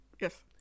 Yes